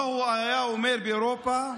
היה אומר באירופה?